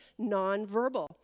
nonverbal